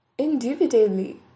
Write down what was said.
Indubitably